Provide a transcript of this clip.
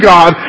God